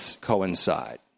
coincide